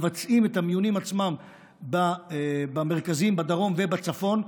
מבצעים את המיונים עצמם במרכזים בדרום ובצפון,